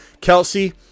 Kelsey